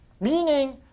Meaning